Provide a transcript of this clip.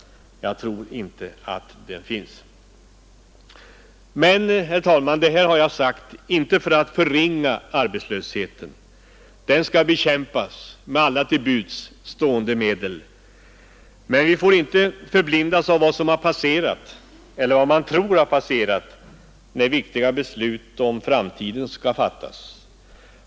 Jag tror inte att det finns några sådana länder. Med detta har jag inte på något sätt velat förringa arbetslösheten. Den skall bekämpas med alla till buds stående medel. Men vi får inte förblindas av vad som har passerat — eller vad man tror har passerat — när viktiga beslut om framtiden skall fattas.